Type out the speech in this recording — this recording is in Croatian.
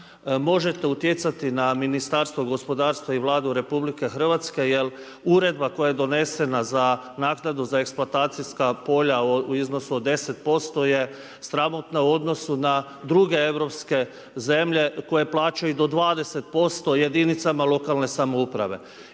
možete utjecati na Ministarstvo gospodarstva i Vladu RH, jer uredba koja je donesena za naknadu za eksploatacijska polja u iznosu od 10% je sramotna u odnosu na druge europske zemlje koje plaćaju do 20% jedinicama lokalne samouprave.